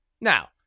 Now